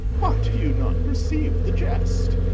why, do you not perceive the jest?